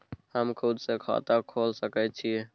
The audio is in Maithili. हम खुद से खाता खोल सके छीयै?